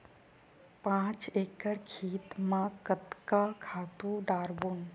पांच एकड़ खेत म कतका खातु डारबोन?